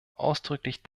ausdrücklich